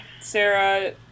Sarah